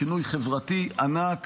שינוי חברתי ענק